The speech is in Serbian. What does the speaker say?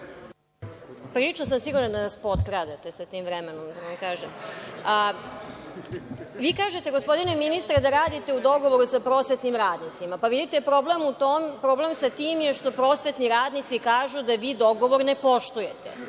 Prilično sam sigurna da nas potkradate sa tim vremenom. Vi kažete, gospodine ministre, da radite u dogovoru sa prosvetnim radnicima. Vidite, problem sa tim je što prosvetni radnici kažu da vi dogovor ne poštujete